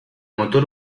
motor